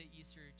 Easter